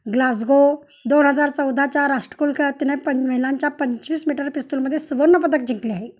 Glasgow दोन हजार चौदाच्या राष्ट्रकुल खेळात तिने पण महिलांच्या पंचवीस मीटर पिस्तुलमध्ये सुवर्णपदक जिंकले आहे